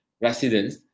residents